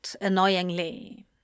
annoyingly